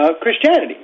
Christianity